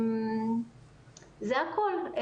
זה הכול.